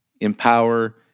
empower